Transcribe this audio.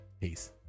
Peace